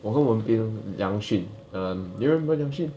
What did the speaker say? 我跟文彬梁训 um do you remember 梁训